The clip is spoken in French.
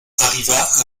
arriva